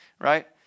right